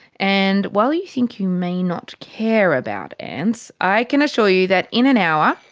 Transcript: and while you think you may not care about ants, i can assure you that in an hour,